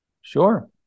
sure